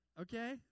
okay